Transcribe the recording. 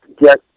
get